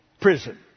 prison